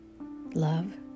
love